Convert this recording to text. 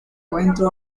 cuento